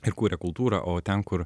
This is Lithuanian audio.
ir kuria kultūrą o ten kur